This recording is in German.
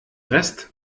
rest